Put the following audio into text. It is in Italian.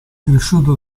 cresciuto